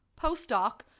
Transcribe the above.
postdoc